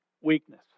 Weakness